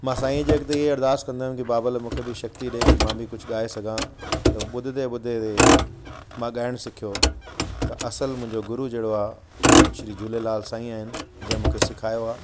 मां साईंअ जे अॻिते हीअ अरदास कंदो हुयमि की बाबल मूंखे बि शक्ति ॾिए की मां बि कुझु गाए सघां त ॿुधंदे ॿुधंदे मां गायण सिखियो त असलु मुंहिंजो गुरू जहिड़ो आहे श्री झूलेलाल साईं आहिनि जंहिं मूंखे सिखायो आहे